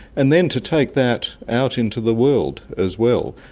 and then to take that out into the world as well.